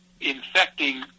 infecting